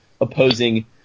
opposing